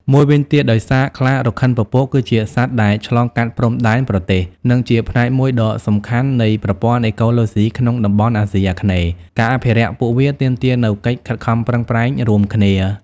មួយវិញទៀត ដោយសារខ្លារខិនពពក គឺជាសត្វដែល ឆ្លងកាត់ព្រំដែនប្រទេស និងជាផ្នែកមួយដ៏សំខាន់នៃ ប្រព័ន្ធអេកូឡូស៊ីក្នុងតំបន់អាស៊ីអាគ្នេយ៍ ការអភិរក្សពួកវាទាមទារនូវកិច្ចខិតខំប្រឹងប្រែងរួមគ្នា។